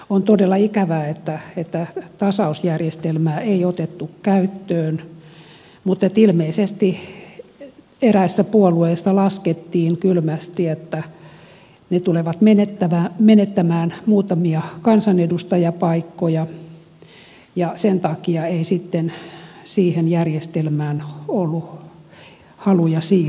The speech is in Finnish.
on todella ikävää että tasausjärjestelmää ei otettu käyttöön mutta ilmeisesti eräissä puolueissa laskettiin kylmästi että ne tulevat menettämään muutamia kansanedustajapaikkoja ja sen takia ei sitten siihen järjestelmään ollut haluja siirtyä